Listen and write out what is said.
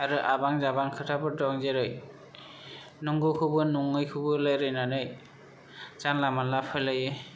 आरो आबां जाबां खोथाफोर दं जेरै नंगौखौबो नङैखौबो रायलायनानै जानला मानला फोलायो